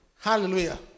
Hallelujah